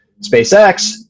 SpaceX